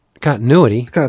continuity